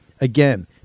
Again